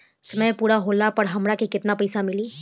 समय पूरा होला पर हमरा केतना पइसा मिली?